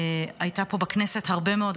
הייתה פה בכנסת הרבה מאוד.